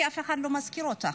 כי אף אחד לא מזכיר אותה,